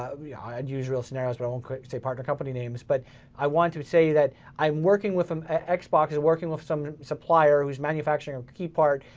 um yeah i'd use real scenarios, but i won't say partner company names, but i want to say that i'm working with them, xbox is working with some supplier who's manufacturing a key part.